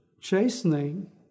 chastening